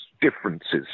differences